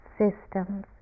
systems